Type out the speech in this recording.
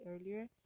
earlier